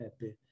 happy